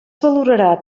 valorarà